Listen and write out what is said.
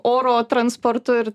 oro transportu ir